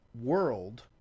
world